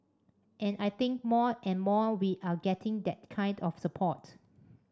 and I think more and more we are getting that kind of support